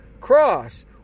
cross